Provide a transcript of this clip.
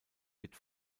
wird